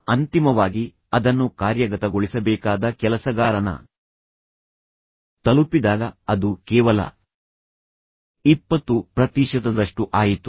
ಅಂತಿಮವಾಗಿ ಅದನ್ನು ಕಾರ್ಯಗತಗೊಳಿಸಬೇಕಾದ ಕೆಲಸಗಾರನ ತಲುಪಿದಾಗ ಅದು ಕೇವಲ ಇಪ್ಪತ್ತು ಪ್ರತಿಶತದಷ್ಟು ಆಯಿತು